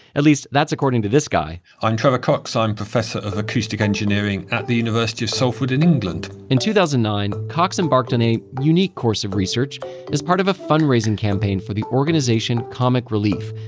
at least, that's according to this guy i'm trevor cox, i'm professor of acoustic engineering at the university of salford in england in two thousand and nine, cox embarked on a unique course of research as part of a fundraising campaign for the organization comic relief.